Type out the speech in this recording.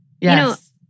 Yes